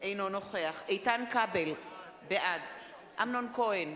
אינו נוכח איתן כבל, בעד אמנון כהן,